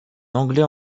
anglais